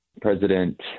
President